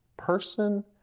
person